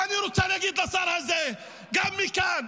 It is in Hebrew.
ואני רוצה להגיד לשר הזה גם מכאן,